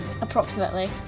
approximately